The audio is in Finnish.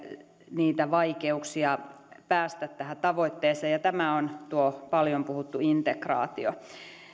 vaikeuksia päästä tähän tavoitteeseen ja tämä on tuo paljon puhuttu integraatio